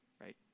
right